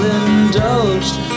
indulged